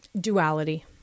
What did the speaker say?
duality